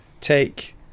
take